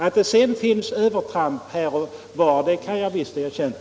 Att det sedan förekommer övertramp här och var kan jag visst erkänna.